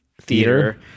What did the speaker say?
theater